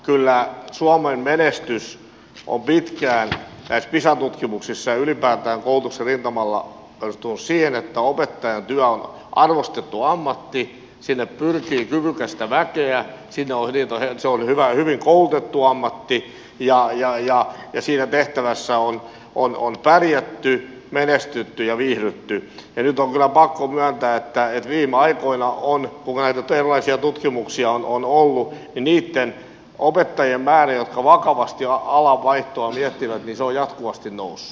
kyllä suomen menestys on pitkään näissä pisa tutkimuksissa ja ylipäätään koulutuksen rintamalla perustunut siihen että opettajan työ on arvostettu ammatti sinne pyrkii kyvykästä väkeä se on hyvin koulutettu ammatti ja siinä tehtävässä on pärjätty menestytty ja viihdytty ja nyt on kyllä pakko myöntää että viime aikoina kun näitä erilaisia tutkimuksia on ollut niitten opettajien määrä jotka vakavasti alan vaihtoa miettivät on jatkuvasti noussut